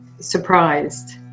surprised